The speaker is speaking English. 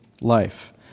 life